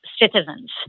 citizens